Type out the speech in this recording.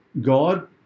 God